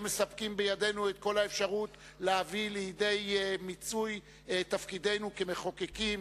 מספקים בידינו את כל האפשרות להביא לידי מיצוי את תפקידנו כמחוקקים.